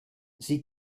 sie